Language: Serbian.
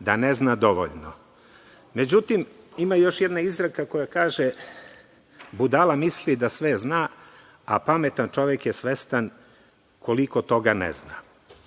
da ne zna dovoljno.Međutim, ima još jedna izreka koja kaže - Budala misli da sve zna, a pametan čovek je svestan koliko toga ne zna. Ja